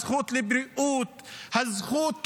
הזכות לבריאות, הזכות למים,